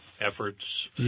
efforts